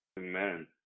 Amen